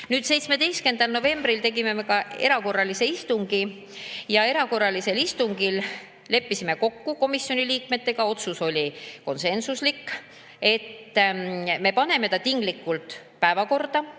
17. novembril tegime me ka erakorralise istungi. Erakorralisel istungil leppisime komisjoni liikmetega kokku – otsus oli konsensuslik –, et me paneme ta tinglikult päevakorda